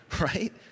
right